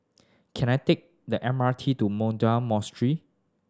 can I take the M R T to Mahabodhi Monastery